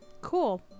Cool